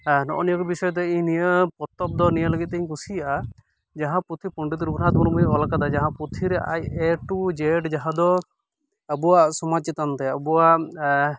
ᱱᱚᱜᱚᱭ ᱱᱤᱭᱟᱹ ᱠᱚ ᱵᱤᱥᱚᱭ ᱫᱚ ᱤᱧ ᱱᱤᱭᱟᱹ ᱯᱚᱛᱚᱵ ᱫᱚ ᱱᱤᱭᱟᱹ ᱞᱟᱹᱜᱤᱛ ᱛᱮᱧ ᱠᱩᱥᱤᱭᱟᱜᱼᱟ ᱡᱟᱦᱟᱸ ᱯᱩᱛᱷᱤ ᱯᱚᱸᱰᱤᱛ ᱨᱚᱜᱷᱩᱱᱟᱛᱷ ᱢᱩᱨᱢᱩᱭ ᱚᱞ ᱠᱟᱫᱟ ᱱᱚᱣᱟ ᱯᱩᱛᱷᱤ ᱨᱮ ᱟᱡ ᱮᱴᱩ ᱡᱮᱰ ᱡᱟᱦᱟᱸ ᱫᱚ ᱟᱵᱚᱣᱟᱜ ᱥᱚᱢᱟᱡᱽ ᱪᱮᱛᱟᱱ ᱛᱮ